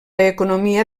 economia